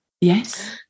Yes